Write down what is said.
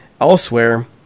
elsewhere